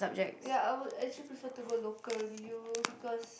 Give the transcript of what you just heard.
ya I would actually prefer to go local U because